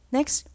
Next